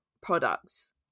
products